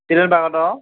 children পাৰ্কত অ